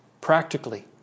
practically